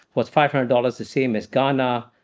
was five hundred dollars, the same as ghana.